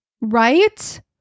right